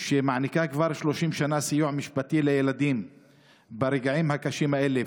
שמעניקה כבר 30 שנה סיוע משפטי לילדים ברגעים הקשים האלה,